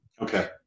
Okay